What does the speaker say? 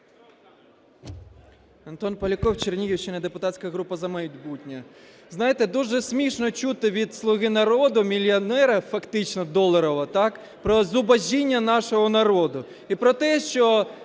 Антон Поляков, Чернігівщина, депутатська груп "За майбутнє". Знаєте, дуже смішно чути від "Слуги народу" мільйонера фактично доларового, так, про зубожіння нашого народу